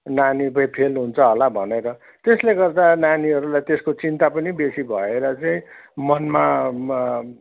नानी चाहिँ फेल हुन्छ होला भनेर त्यसले गर्दा नानीहरूलाई त्यसको चिन्ता पनि बेसी भएर चाहिँ मनमा